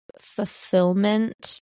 fulfillment